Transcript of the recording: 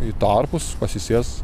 į tarpus pasisės